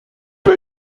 wir